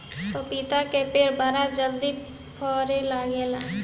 पपीता के पेड़ बड़ा जल्दी फरे लागेला